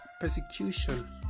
persecution